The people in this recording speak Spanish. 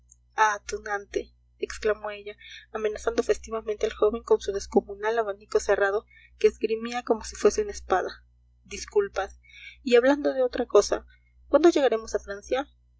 ah tunante exclamó ella amenazando festivamente al joven con su descomunal abanico cerrado que esgrimía como si fuese una espada disculpas y hablando de otra cosa cuándo llegaremos a francia